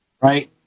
right